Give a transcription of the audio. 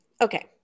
Okay